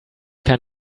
kein